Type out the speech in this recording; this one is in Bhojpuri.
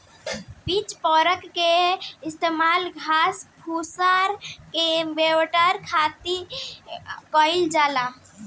पिच फोर्क के इस्तेमाल घास, पुआरा के बटोरे खातिर कईल जाला